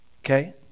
Okay